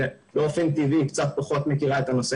שבאופן טבעי קצת פחות מכירה את הנושא